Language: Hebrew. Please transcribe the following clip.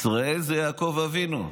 ישראל זה יעקב אבינו,